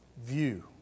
view